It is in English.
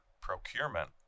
procurement